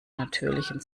natürlichen